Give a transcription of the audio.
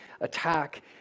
attack